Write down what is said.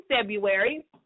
February